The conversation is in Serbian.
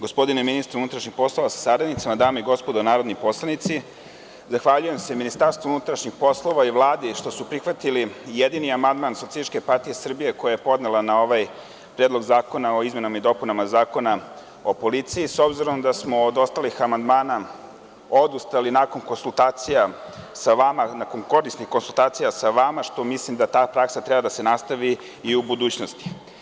Gospodine ministre unutrašnjih poslova sa saradnicima, dame i gospodo narodni poslanici, zahvaljujem se Ministarstvu unutrašnjih poslova i Vladi što su prihvatili jedini amandman SPS koji je podnela na ovaj Predlog zakona o izmenama i dopunama Zakona o policiji, s obzirom da smo od ostalih amandmana odustali nakon korisnih konsultacija sa vama, a mislim da ta praksa treba da se nastavi i u budućnosti.